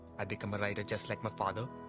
i become a writer just like my father.